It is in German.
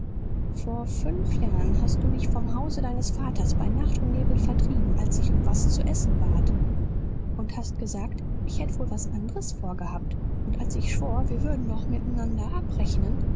vor fünf jahren hast du mich vom hause deines vaters bei nacht und nebel vertrieben als ich um was zu essen bat und hast gesagt ich hätt wohl was anderes vorgehabt und als ich schwor wir würden noch mit nander abrechnen